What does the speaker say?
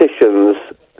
politicians